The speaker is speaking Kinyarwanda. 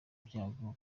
byago